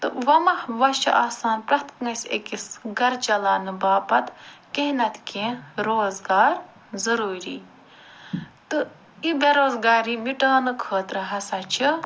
تہٕ وَ ما وۄنۍ چھِ آسان پرٛیٚتھ کٲنٛسہِ أکِس گَھرٕ چَلاونہٕ باپتھ کیٚنٛہہ نَتہٕ کیٚنٛہہ روزگار ضُروٗری تہٕ یہِ بے روزگاری مِٹاونہٕ خٲطرٕ ہَسا چھِ